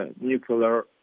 nuclear